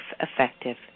effective